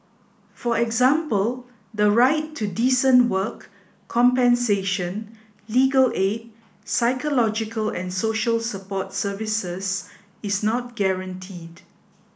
for example the right to decent work compensation legal aid psychological and social support services is not guaranteed